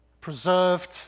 preserved